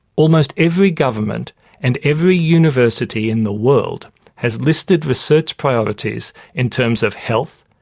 almost every government and every university in the world has listed research priorities in terms of health,